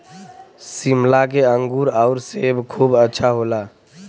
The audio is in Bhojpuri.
शिमला के अंगूर आउर सेब खूब अच्छा होला